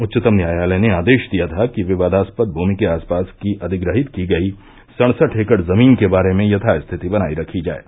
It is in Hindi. उच्चतम न्यायालय ने आदेश दिया था कि विवादास्पद भूमि के आस पास की अधिग्रहित की गई सड़सठ एकड़ जमीन के बारे में यथास्थिति बनाई रखी जाये